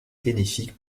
bénéfique